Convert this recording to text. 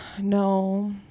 No